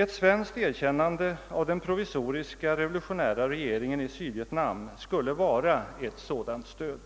Ett svenskt erkännande av den provisoriska revolutionära regeringen i Sydvietnam skulle vara ett sådant stöd.